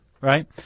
Right